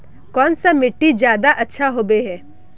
कौन सा मिट्टी ज्यादा अच्छा होबे है?